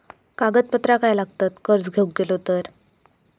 कागदपत्रा काय लागतत कर्ज घेऊक गेलो तर?